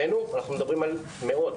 מאות.